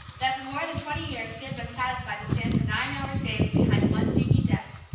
that for more than twenty years he had been satisfied to stand for nine hours daily behind one dingy desk,